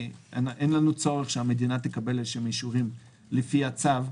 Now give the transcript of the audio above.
כי אין לנו צורך שמדינת ישראל תקבל אישורים כלשהם לפי הצו.